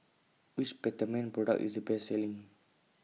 Which Peptamen Product IS The Best Selling